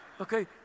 Okay